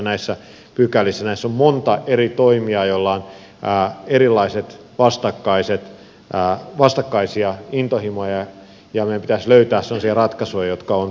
näissä on monta eri toimijaa joilla on erilaisia vastakkaisia intohimoja ja meidän pitäisi löytää sellaisia ratkaisuja jotka ovat tyydyttäviä